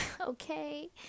okay